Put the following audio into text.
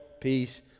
peace